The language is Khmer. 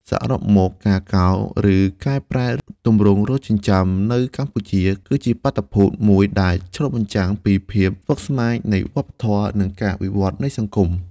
សរុបមក ការកោរ ឬកែប្រែទម្រង់រោមចិញ្ចើមនៅកម្ពុជា គឺជាបាតុភូតមួយដែលឆ្លុះបញ្ចាំងពីភាពស្មុគស្មាញនៃវប្បធម៌ និងការវិវឌ្ឍន៍នៃសង្គម។